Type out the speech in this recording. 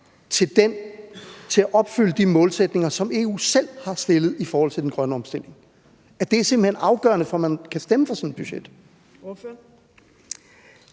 til at opfylde de målsætninger, som EU selv har opstillet i forhold til den grønne omstilling, altså at det simpelt hen er afgørende for, at man kan stemme for sådan et budget? Kl.